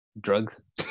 drugs